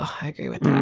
i agree with